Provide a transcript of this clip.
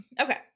Okay